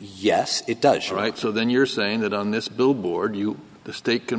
yes it does right so then you're saying that on this billboard you the st